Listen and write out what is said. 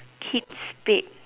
Kate Spade